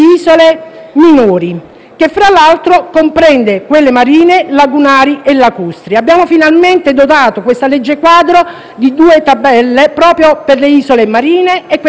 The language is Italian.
che fra l'altro comprende quelle marine, lagunari e lacustri. Abbiamo finalmente dotato il disegno di legge quadro di due tabelle proprio per le isole marine e per quelle lagunari e lacustri.